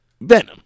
Venom